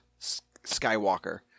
Skywalker